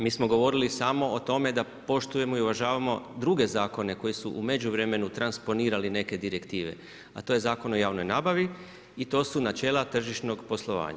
Mi smo govorili samo o tome, da poštujemo i uvažavamo druge zakone, koji su u međuvremenu transponirali neke direktive, a to je Zakon o javnoj nabavi i to su načela tržišnog poslovanja.